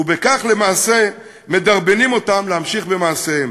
ובכך למעשה מדרבנים אותם להמשיך במעשיהם.